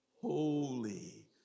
Holy